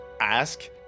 ask